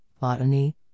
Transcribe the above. botany